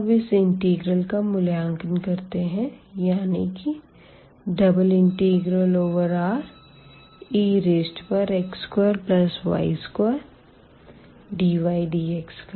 अब इस इंटीग्रल का मूल्यांकन करते है यानी कि ∬Rex2y2dydx का